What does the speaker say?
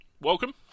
Welcome